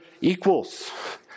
equals